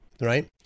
right